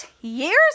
years